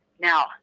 Now